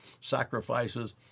sacrifices